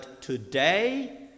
Today